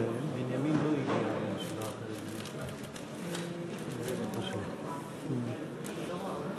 כבוד ראש הממשלה ושר הביטחון והרמטכ"ל לשעבר אהוד ברק,